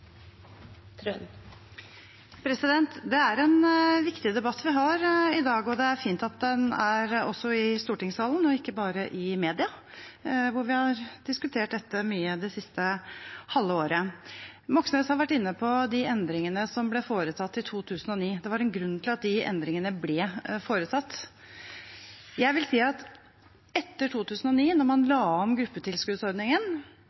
en viktig debatt vi har i dag, og det er fint at den også er i stortingssalen og ikke bare i media, hvor vi har diskutert dette mye det siste halve året. Representanten Moxnes har vært inne på de endringene som ble foretatt i 2009. Det var en grunn til at de endringene ble foretatt. Jeg vil si at etter 2009, da man